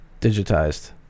digitized